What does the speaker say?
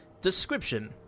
Description